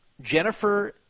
Jennifer